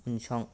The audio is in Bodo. उनसं